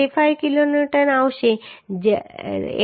65 kilonewton આવશે 800